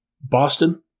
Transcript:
Boston